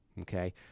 Okay